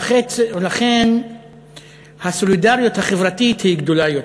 ולכן הסולידריות החברתית היא גדולה יותר.